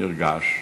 נרגש,